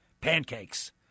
Pancakes